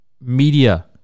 media